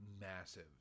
massive